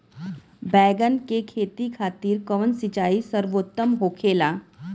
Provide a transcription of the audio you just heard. बैगन के खेती खातिर कवन सिचाई सर्वोतम होखेला?